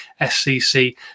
SCC